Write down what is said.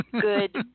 Good